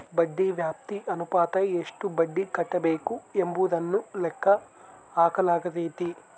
ಬಡ್ಡಿ ವ್ಯಾಪ್ತಿ ಅನುಪಾತ ಎಷ್ಟು ಬಡ್ಡಿ ಕಟ್ಟಬೇಕು ಎಂಬುದನ್ನು ಲೆಕ್ಕ ಹಾಕಲಾಗೈತಿ